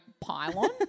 pylon